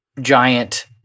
giant